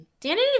Danny